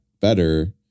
better